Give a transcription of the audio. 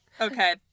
Okay